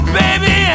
baby